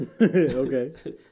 Okay